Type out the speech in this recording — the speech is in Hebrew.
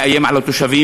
מאיים על התושבים,